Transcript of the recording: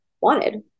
wanted